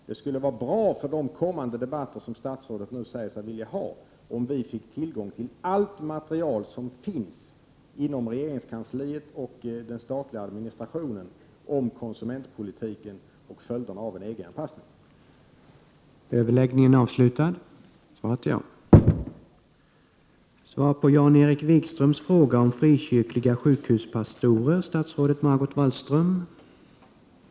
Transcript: Det skulle vara bra för de kommande debatter som statsrådet nu säger sig vilja ha om vi fick tillgång till allt material om konsumentpolitiken och följderna av en EG-anpassning som finns inom